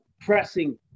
pressing